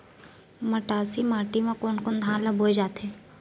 मटासी माटी मा कोन कोन धान ला बोये जाथे?